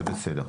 זה בסדר.